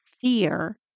fear